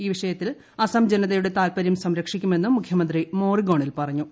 ഈ വിഷയത്തിൽ അസം ജനതയുടെ താൽപരൃം സംരക്ഷിക്കുമെന്നും മുഖൃമന്ത്രി മോറിഗോണിൽ പറഞ്ഞു